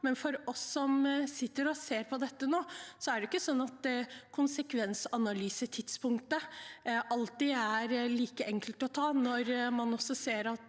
men for oss som sitter og ser på dette nå, er det ikke sånn at konsekvensanalysetidspunktet alltid er like enkelt å ta – når man også ser at